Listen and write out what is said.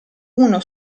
uno